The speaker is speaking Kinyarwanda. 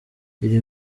iri